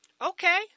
Okay